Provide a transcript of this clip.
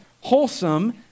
wholesome